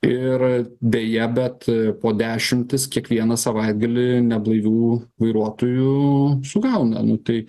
ir deja bet po dešimtis kiekvieną savaitgalį neblaivių vairuotojų sugauna nu tai